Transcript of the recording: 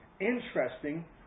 Interesting